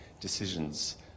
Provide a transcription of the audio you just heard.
decisions